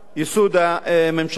ייסוד הממשלה.